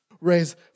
raise